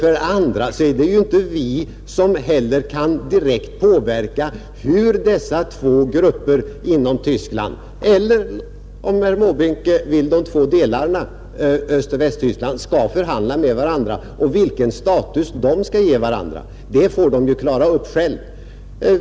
För det andra är det inte heller vi som direkt kan påverka hur dessa två grupper — eller, om herr Måbrink så vill, två delar — inom Nr 79 Tyskland skall förhandla med varandra och vilken status de skall ge Torsdagen den varandra, Det får de klara upp själva.